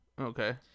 okay